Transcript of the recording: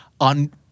on